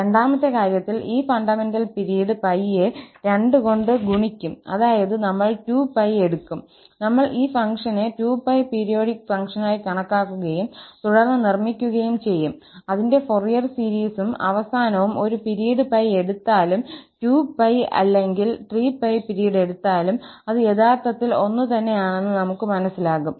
രണ്ടാമത്തെ കാര്യത്തിൽ ഈ ഫണ്ടമെന്റൽ പിരീഡ് 𝜋 യെ 2 കൊണ്ട് ഗുണിക്കും അതായത് നമ്മൾ 2𝜋 എടുക്കും നമ്മൾ ഈ ഫംഗ്ഷനെ 2𝜋 പീരിയോഡിക് ഫംഗ്ഷനായി കണക്കാക്കുകയും തുടർന്ന് നിർമ്മിക്കുകയും ചെയ്യും അതിന്റെ ഫൊറിയർ സീരീസും അവസാനവും ഒരു പിരീഡ് 𝜋 എടുത്താലും അല്ലെങ്കിൽ 2𝜋 അല്ലെങ്കിൽ 3𝜋 പിരീഡ് എടുത്താലും അത് യഥാർത്ഥത്തിൽ ഒന്നുതന്നെയാണെന്ന് നമുക്ക് മനസ്സിലാകും